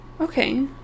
Okay